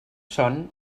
són